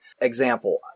example